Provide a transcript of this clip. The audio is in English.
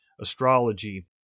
astrology